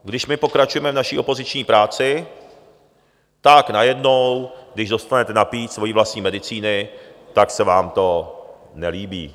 Když my pokračujeme v naší opoziční práci, tak najednou když dostanete napít svojí vlastní medicíny, tak se vám to nelíbí.